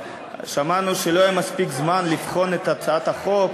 ושמענו שלא היה מספיק זמן לבחון את הצעת החוק.